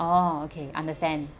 oh okay understand